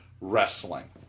wrestling